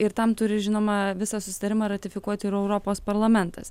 ir tam turi žinoma visą susitarimą ratifikuoti ir europos parlamentas